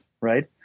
right